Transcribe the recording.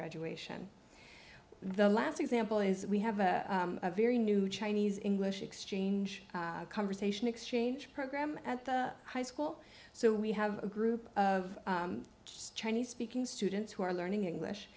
graduation the last example is we have a very new chinese in wish exchange conversation exchange program at the high school so we have a group of chinese speaking students who are learning english